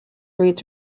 rates